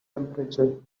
temperature